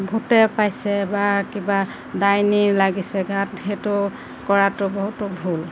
ভূতে পাইছে বা কিবা ডাইনী লাগিছে গাত সেইটো কৰাটো বহুতো ভুল